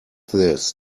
this